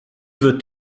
wird